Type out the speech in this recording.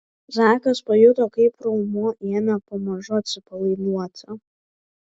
zakas pajuto kaip raumuo ėmė pamažu atsipalaiduoti